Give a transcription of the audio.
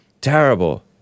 Terrible